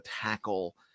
tackle